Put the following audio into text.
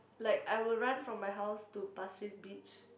like I will run from my house to Pasir Ris Beach